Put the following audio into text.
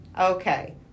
Okay